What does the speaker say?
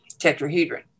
tetrahedron